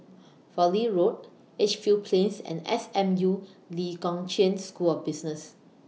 Fowlie Road Edgefield Plains and S M U Lee Kong Chian School of Business